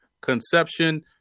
conception